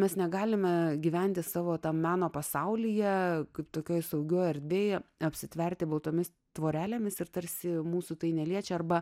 mes negalime gyventi savo tam meno pasaulyje kaip tokioje saugioje erdvėje apsitverti baltomis tvorelėmis ir tarsi mūsų tai neliečia arba